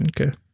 Okay